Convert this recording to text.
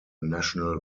national